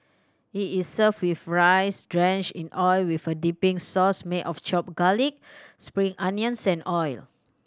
it is served with rice drenched in oil with a dipping sauce made of chopped garlic spring onions and oil